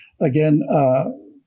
again